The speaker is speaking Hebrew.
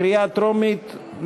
קריאה טרומית.